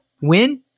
Win